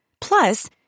Plus